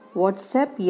whatsapp